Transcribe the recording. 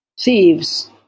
thieves